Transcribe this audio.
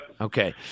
Okay